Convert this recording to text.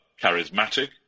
charismatic